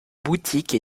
boutique